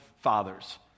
fathers